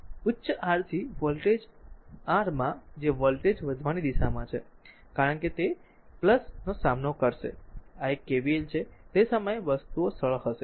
તેથી તે ઉચ્ચ r થી વોલ્ટેજ r માં છે જે વોલ્ટેજ વધવાની દિશામાં છે કારણ કે તે નો સામનો કરશે પ્રથમ એક KVL છે તે સમયે વસ્તુઓ સરળ હશે